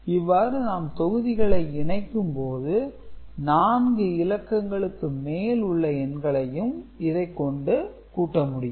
இவ்வாறு நாம் தொகுதிகளை இணைக்கும்போது நான்கு இலக்கங்களுக்கு மேல் உள்ள எண்களையும் இதைக் கொண்டு கூட்ட முடியும்